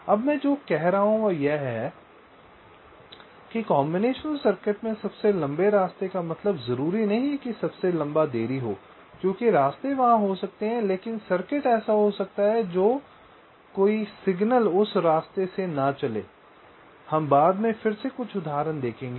अब मैं जो कह रहा हूं वह यह है कि कॉम्बिनेशन सर्किट में सबसे लंबे रास्ते का मतलब जरूरी नहीं कि सबसे लंबा देरी हो क्योंकि रास्ते वहां हो सकते हैं लेकिन सर्किट ऐसा हो सकता है कि कोई सिग्नल उस रास्ते से न चले हम बाद में फिर से कुछ उदाहरण देखेंगे